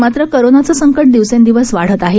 मात्र कोरोनाचं संकट दिवसेंदिवस वाढत आहे